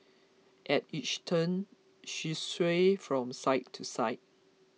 at each turn she swayed from side to side